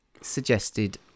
suggested